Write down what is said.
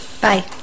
Bye